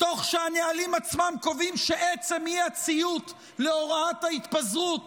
תוך שהנהלים עצמם קובעים שעצם האי-ציות להוראת ההתפזרות